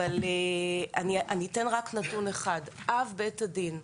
אבל אני אתן רק נתון אחד: אב בית הדין,